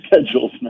schedules